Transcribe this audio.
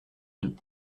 deux